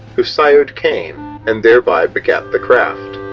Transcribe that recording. who sired cain and thereby begat the craft.